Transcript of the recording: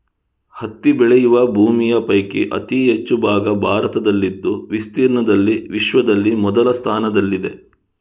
ಹತ್ತಿ ಬೆಳೆಯುವ ಭೂಮಿಯ ಪೈಕಿ ಅತಿ ಹೆಚ್ಚು ಭಾಗ ಭಾರತದಲ್ಲಿದ್ದು ವಿಸ್ತೀರ್ಣದಲ್ಲಿ ವಿಶ್ವದಲ್ಲಿ ಮೊದಲ ಸ್ಥಾನದಲ್ಲಿದೆ